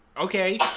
Okay